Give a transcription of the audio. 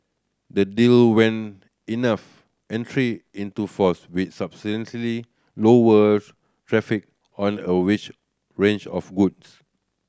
the deal when enough entry into force will substantially lower traffic on a witch range of goods